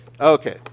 Okay